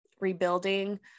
rebuilding